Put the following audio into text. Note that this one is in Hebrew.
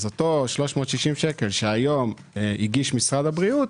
אותו 360 שקל שהיום הגיש משרד הבריאות,